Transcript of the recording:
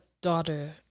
daughter